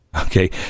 okay